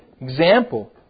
example